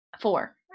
Four